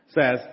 says